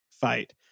fight